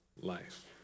life